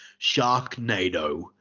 Sharknado